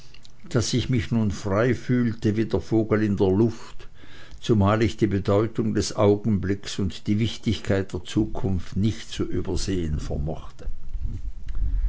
daß ich mich nun frei fühlte wie der vogel in der luft zumal ich die bedeutung des augenblickes und die wichtigkeit der zukunft nicht zu übersehen vermochte